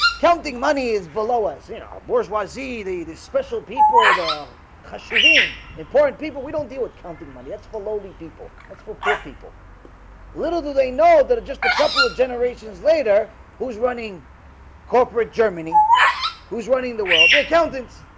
counting money is below us you know bourgeoisie the the special people the hashim important people we don't deal with counting money. that's for lowly people that's for poor people little do they know that just a couple of generations later who's running corporate germany who's running the world the accountants.